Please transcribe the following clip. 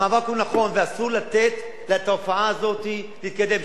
המאבק הוא נכון ואסור לתת לתופעה הזו להתקדם.